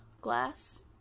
glass